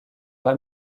pas